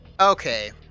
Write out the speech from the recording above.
Okay